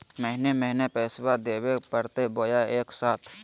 महीने महीने पैसा देवे परते बोया एके साथ?